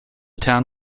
town